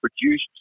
produced